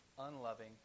unloving